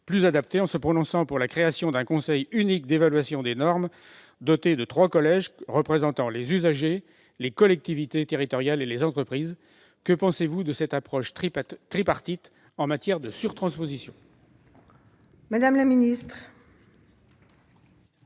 plus adaptée, à savoir la création « d'un conseil unique d'évaluation des normes doté de trois collèges représentant les usagers, les collectivités territoriales et les entreprises ». Que pensez-vous de cette approche tripartite en matière de surtransposition ? La parole est